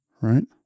right